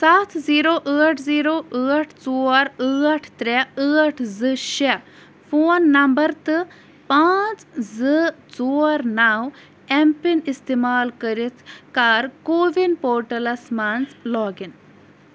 سَتھ زیٖرو ٲٹھ زیٖرو ٲٹھ ژور ٲٹھ ترٛےٚ ٲٹھ زٕ شےٚ فون نمبر تہٕ پانٛژھ زٕ ژور نَو اٮ۪م پِن اِستعمال کٔرِتھ کر کووِن پوٹَلس منٛز لاگ اِن